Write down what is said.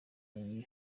iyi